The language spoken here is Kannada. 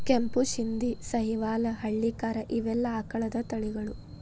ಕೆಂಪು ಶಿಂದಿ, ಸಹಿವಾಲ್ ಹಳ್ಳಿಕಾರ ಇವೆಲ್ಲಾ ಆಕಳದ ತಳಿಗಳು